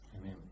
Amen